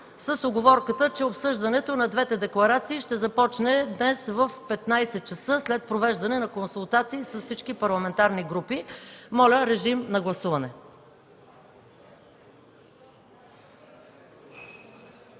с уговорката, че обсъждането на двете декларации ще започне днес в 15,00 ч. след провеждане на консултации с всички парламентарни групи. Моля, гласувайте.